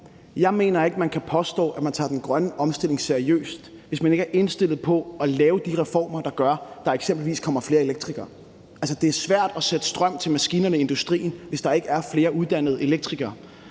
Jeg mener ikke, at man kan påstå, at man tager den grønne omstilling seriøst, hvis man ikke er indstillet på at lave de reformer, der gør, at der eksempelvis kommer flere elektrikere. Altså, det er svært at sætte strøm til maskinerne i industrien, hvis der ikke er flere uddannede elektrikere.